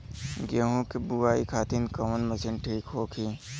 गेहूँ के बुआई खातिन कवन मशीन ठीक होखि?